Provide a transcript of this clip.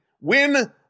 win